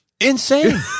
insane